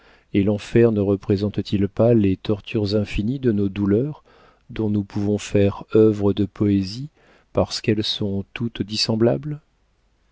et l'enfer ne représente t il pas les tortures infinies de nos douleurs dont nous pouvons faire œuvre de poésie parce qu'elles sont toutes dissemblables